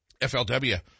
FLW